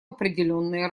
определенные